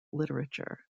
literature